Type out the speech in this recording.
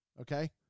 okay